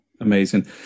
Amazing